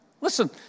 Listen